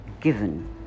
given